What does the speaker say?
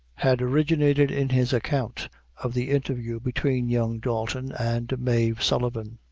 had originated in his account of the interview between young dalton and mave sullivan,